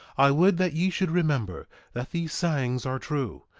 i would that ye should remember that these sayings are true,